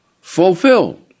Fulfilled